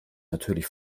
natürlich